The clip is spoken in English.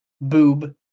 Boob